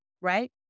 right